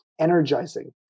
Energizing